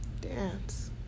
dance